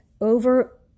over